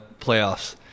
playoffs